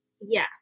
Yes